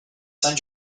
send